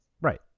Right